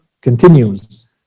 continues